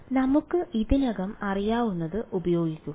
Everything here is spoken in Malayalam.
അതിനാൽ നമുക്ക് ഇതിനകം അറിയാവുന്നത് ഉപയോഗിക്കുക